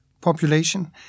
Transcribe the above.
population